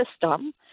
system